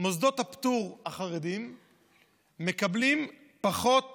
מוסדות הפטור החרדיים מקבלים פחות